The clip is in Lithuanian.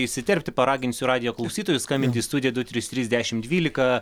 įsiterpti paraginsiu radijo klausytojus skambinti į studiją du trys trys dešim dvylika